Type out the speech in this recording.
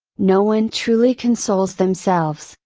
no one truly consoles themselves,